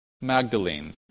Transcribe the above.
Magdalene